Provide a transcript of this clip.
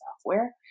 software